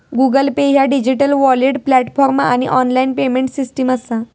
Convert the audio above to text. Google pay ह्या digital wallet platform आणि online payment system असा